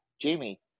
Jamie